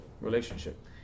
relationship